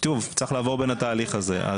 שוב, צריך לעבור בין התהליך הזה.